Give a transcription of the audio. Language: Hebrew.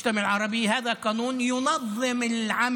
(אומר דברים בשפה הערבית, להלן תרגומם: